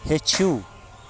ہیٚچھِو